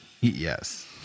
Yes